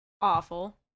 awful